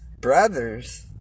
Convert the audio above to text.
brothers